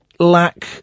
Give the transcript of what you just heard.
Lack